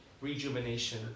rejuvenation